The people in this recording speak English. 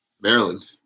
Maryland